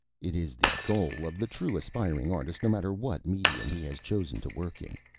it is the goal of the true aspiring artist, no matter what medium he has chosen to work in.